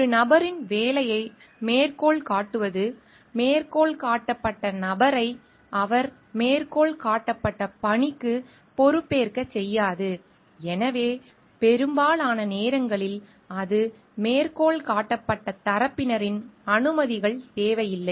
ஒரு நபரின் வேலையை மேற்கோள் காட்டுவது மேற்கோள் காட்டப்பட்ட நபரை அவர் மேற்கோள் காட்டப்பட்ட பணிக்கு பொறுப்பேற்கச் செய்யாது எனவே பெரும்பாலான நேரங்களில் அது மேற்கோள் காட்டப்பட்ட தரப்பினரின் அனுமதிகள் தேவையில்லை